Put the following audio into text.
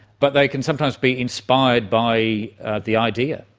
but they can sometimes be inspired by the idea.